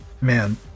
man